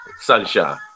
Sunshine